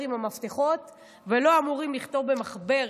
עם המפתחות ולא אמורים לכתוב במחברת,